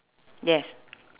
yes